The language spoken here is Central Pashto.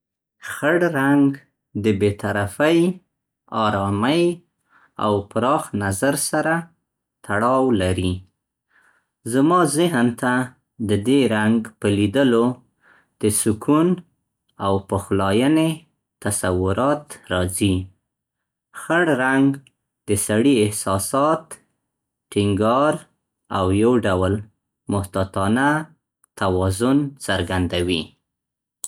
خړ رنګ د بې طرفۍ، ارامۍ او پراخ نظر سره تړاو لري. زما ذهن ته د دې رنګ په ليدلو د سکون او پخلاینې تصورات راځي. خړ رنګ د سړي احساسات، ټینګار او یو ډول محتاطانه توازن څرګندوي.